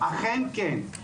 אכן כן.